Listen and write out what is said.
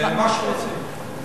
מה שרוצים,